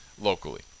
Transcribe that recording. locally